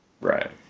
Right